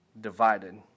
divided